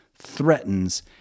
threatens